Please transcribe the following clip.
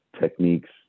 techniques